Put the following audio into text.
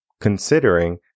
considering